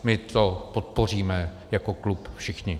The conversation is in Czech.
My to podpoříme jako klub všichni.